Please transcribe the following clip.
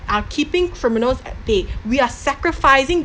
are keeping criminals at bay we are sacrificing